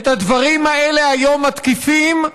את הדברים האלה היום מתקיפים,